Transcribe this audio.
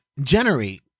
generate